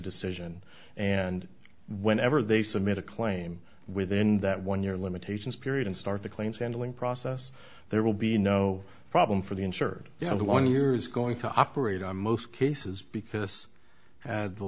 decision and whenever they submit a claim within that one year limitations period and start the claims handling process there will be no problem for the insured you have the one year is going to operate on most cases because at the